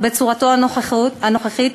בצורתו הנוכחית,